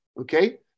Okay